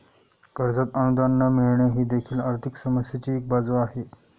कर्जात अनुदान न मिळणे ही देखील आर्थिक समस्येची एक बाजू आहे